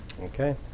Okay